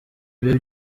ibi